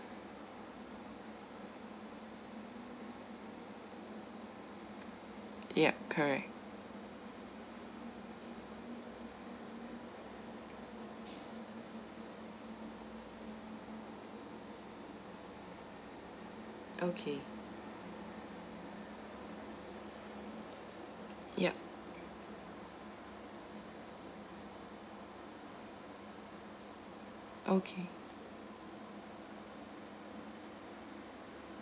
yup correct okay yup okay